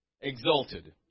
exalted